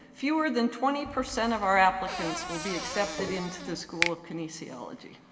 fewer than twenty percent of our applicants will be accepted into the school of kinesiology.